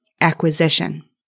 acquisition